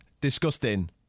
Disgusting